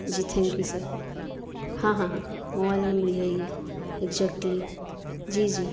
G thank you sir ہاں ہاں ہاں موبائل نمبر یہی ہے ایگزیکٹلی جی جی